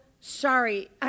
sorry